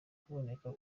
kuboneka